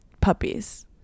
puppies